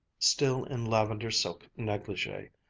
still in lavender silk negligee,